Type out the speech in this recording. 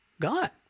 God